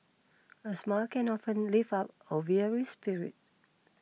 a smile can often lift up a very spirit